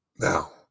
Now